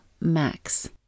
max